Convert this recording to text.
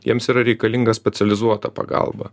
jiems yra reikalinga specializuota pagalba